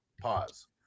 pause